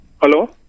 Hello